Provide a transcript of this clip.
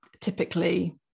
typically